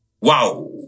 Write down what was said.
Wow